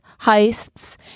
heists